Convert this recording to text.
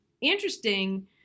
interesting